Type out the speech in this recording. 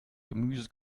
gemüse